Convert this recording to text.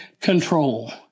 control